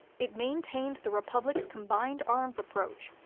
it maintained the republic's combined arms approach,